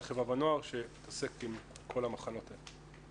חברה ונוער שעוסק בכל המחנות האלה.